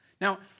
Now